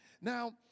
Now